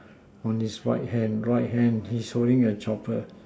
on his right hand right hand he's showing a chopper